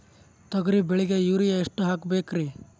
ತೊಗರಿ ಬೆಳಿಗ ಯೂರಿಯಎಷ್ಟು ಹಾಕಬೇಕರಿ?